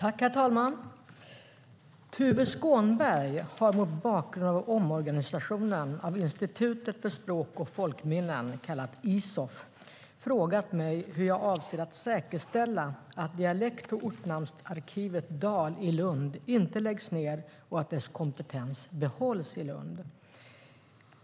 Herr talman! Tuve Skånberg har mot bakgrund av omorganisationen av Institutet för språk och folkminnen, Isof, frågat mig hur jag avser att säkerställa att Dialekt och ortnamnsarkivet i Lund, Dal, inte läggs ned och att dess kompetens behålls i Lund.